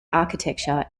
architecture